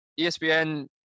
ESPN